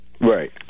Right